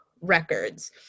records